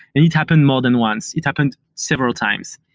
and it happened more than once. it happened several times.